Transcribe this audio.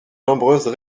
nombreuses